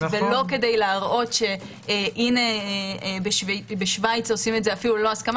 ולא כדי להראות שבשוויץ עושים את זה אפילו לא הסכמה